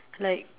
like